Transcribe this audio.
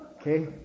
Okay